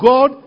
God